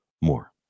more